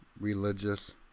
religious